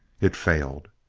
it failed.